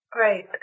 Right